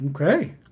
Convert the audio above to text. Okay